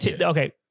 okay